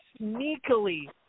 sneakily